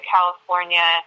California